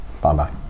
Bye-bye